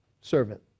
servant